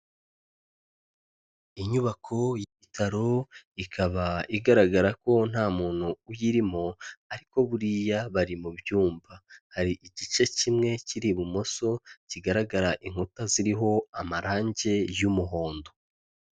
Inyubako y'ibitaro ikaba igaragara ko nta muntu uyirimo ariko buriya bari mu byumba, hari igice kimwe kiri ibumoso, kigaragara inkuta ziriho amarangi y'umuhondo.